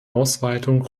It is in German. ausweitung